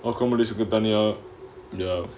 accommodation தனியா:thaniyaa